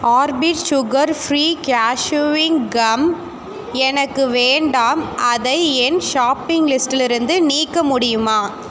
orbit sugar free கேசூவிங் gum எனக்கு வேண்டாம் அதை என் ஷாப்பிங் லிஸ்டிலிருந்து நீக்க முடியுமா